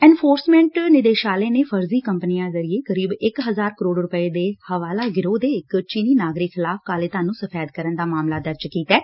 enforcement ਨਿਦੇਸ਼ਾਲੇ ਨੇ ਫਰਜ਼ੀ ਕੰਪਨੀਆਂ ਜ਼ਰੀਏ ਕਰੀਬ ਇਕ ਹਜ਼ਾਰ ਕਰੋੜ ਰੁਧੈ ਦੇ ਹਵਾਲਾ ਗਿਰੋਹ ਦੇ ਇਕ ਚੀਨੀ ਨਾਗਰਿਕ ਖਿਲਾਫ਼ ਕਾਲੇ ਧਨ ਨੂੰ ਸਫ਼ੈਦ ਕਰਨ ਦਾ ਮਾਮਲਾ ਦਰਜ ਕੀਤੈ